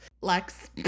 Lex